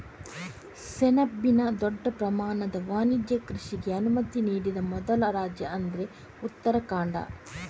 ಸೆಣಬಿನ ದೊಡ್ಡ ಪ್ರಮಾಣದ ವಾಣಿಜ್ಯ ಕೃಷಿಗೆ ಅನುಮತಿ ನೀಡಿದ ಮೊದಲ ರಾಜ್ಯ ಅಂದ್ರೆ ಉತ್ತರಾಖಂಡ